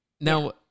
Now